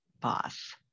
boss